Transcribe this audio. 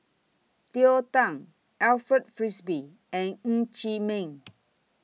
Cleo Thang Alfred Frisby and Ng Chee Meng